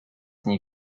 nie